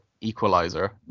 equalizer